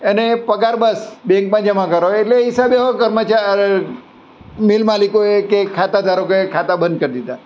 એને પગાર બસ બેન્કમાં જમા કરો એટલે હિસાબે હવે કર્મચારી મિલ માલિકોએ કે ખાતાધારકોએ ખાતા બંધ કરી દીધા